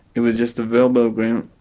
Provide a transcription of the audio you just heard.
it was just a verbal agreement.